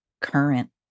current